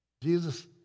Jesus